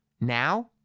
Now